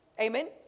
Amen